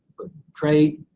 but trade,